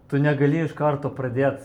tu negali iš karto pradėt